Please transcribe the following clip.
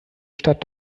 stadt